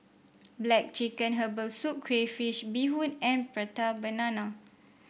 black chicken Herbal Soup Crayfish Beehoon and Prata Banana